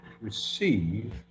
receive